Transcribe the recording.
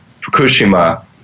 Fukushima